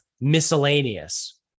miscellaneous